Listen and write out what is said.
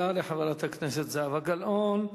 תודה לחברת הכנסת זהבה גלאון.